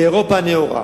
באירופה הנאורה,